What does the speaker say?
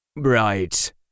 bright